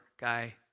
guy